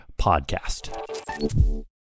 podcast